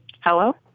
Hello